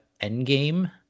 Endgame